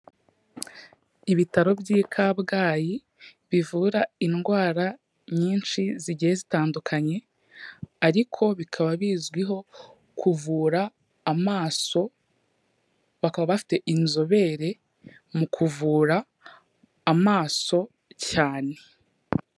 Ibitaro by'i Kabgayi bivura indwara nyinshi zigiye zitandukanye ariko bikaba bizwiho kuvura amaso, bakaba bafite inzobere mu kuvura amaso cyane.